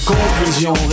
Conclusion